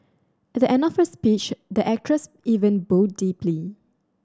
at the end of her speech the actress even bowed deeply